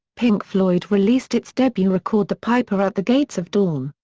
pink floyd released its debut record the piper at the gates of dawn.